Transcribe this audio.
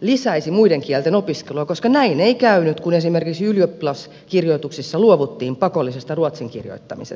lisäisi muiden kielten opiskelua koska näin ei käynyt kun esimerkiksi ylioppilaskirjoituksissa luovuttiin pakollisesta ruotsin kirjoittamisesta